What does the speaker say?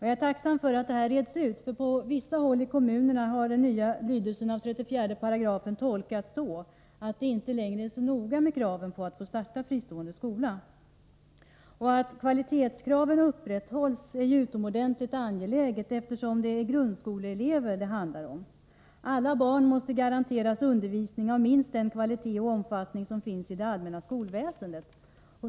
Jag är tacksam för att detta reds ut, för på vissa håll i kommunerna har den nya lydelsen av 34 § tolkats så, att det inte längre är så noga med kraven när det gäller att få starta fristående skola. Att kvalitetskraven upprätthålls är utomordentligt angeläget, eftersom det handlar om grundskoleelever. Alla barn måste garanteras undervisning av minst den kvalitet och omfattning som finns i det allmänna skolväsendet.